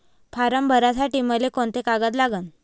Form भरासाठी मले कोंते कागद लागन?